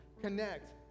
Connect